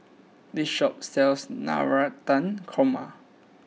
this shop sells Navratan Korma